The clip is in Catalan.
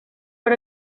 per